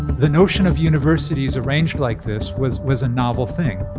the notion of universities arranged like this was was a novel thing.